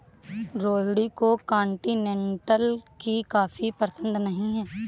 रोहिणी को कॉन्टिनेन्टल की कॉफी पसंद नहीं है